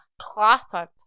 clattered